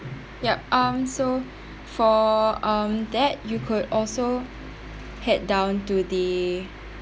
yup um so for um that you could also head down to the